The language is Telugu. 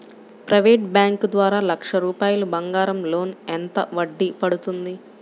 ప్రైవేట్ బ్యాంకు ద్వారా లక్ష రూపాయలు బంగారం లోన్ ఎంత వడ్డీ పడుతుంది?